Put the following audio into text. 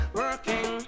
working